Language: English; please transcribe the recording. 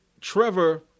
Trevor